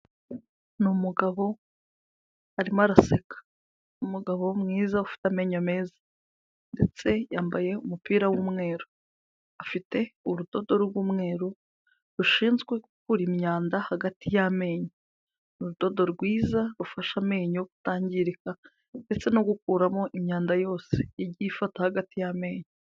Ni umugabo arimo araseka, ni umugabo mwiza ufite amenyo meza ndetse yambaye umupira w'umweru, afite urudodo rw'umweru rushinzwe gukura imyanda hagati y'amenyo, ni urudodo rwiza rufasha amenyo kutangirika ndetse no gukuramo imyanda yose yagiye ifata hagati y'amenyo.